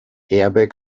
airbag